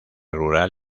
rural